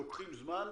לוקחים זמן.